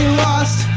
lost